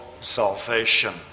salvation